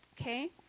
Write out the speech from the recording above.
okay